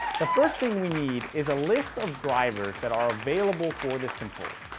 the first thing we need is a list of drivers that are available for this controller.